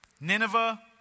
Nineveh